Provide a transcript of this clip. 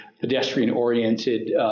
pedestrian-oriented